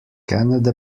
canada